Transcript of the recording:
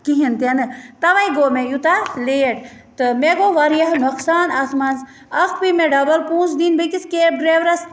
کِہیٖنۍ تہِ نہٕ تَوَے گوٚو مےٚ یوٗتاہ لیٹ تہٕ مےٚ گوٚو واریاہ نۄقصان اَتھ منٛز اَکھ پے مےٚ ڈَبَل پونٛسہٕ دِنۍ بیٚکِس کیب ڈرٛایورَس